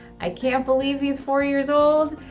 i can't believe he's four years old.